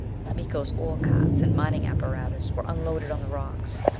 miko's ore carts and mining apparatus were unloaded on the rocks.